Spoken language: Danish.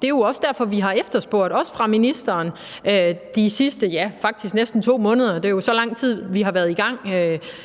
det er jo så lang tid, vi har været i gang